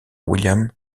william